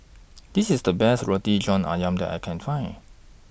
This IS The Best Roti John Ayam that I Can Find